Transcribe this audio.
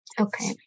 Okay